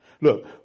Look